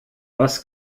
was